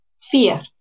fear